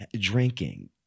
drinking